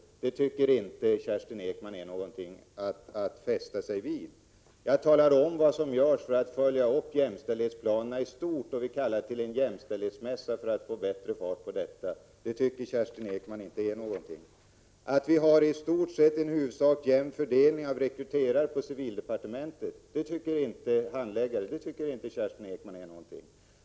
Det tycker inte Kerstin Ekman är någonting att fästa sig vid. Jag talade om vad som görs för att följa upp jämställdhetsplanerna i myndigheterna. Civildepartementet ordnade nyligen en jämställdhetsmässa för att få bättre genomslag för frågorna lokalt. Det här tycker inte Kerstin Ekman är någonting. Att vi har en i huvudsak jämn fördelning av manliga resp. kvinnliga handläggare på civildepartementet tycker inte Kerstin Ekman är någonting.